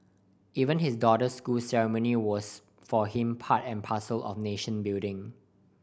even his daughter's school ceremony was for him part and parcel of nation building